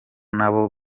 nabo